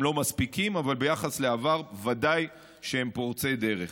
הם לא מספיקים, אבל ביחס לעבר ודאי שהם פורצי דרך.